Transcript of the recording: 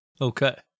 Okay